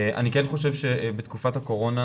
אני כן חושב שבתקופת הקורונה,